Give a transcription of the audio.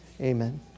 Amen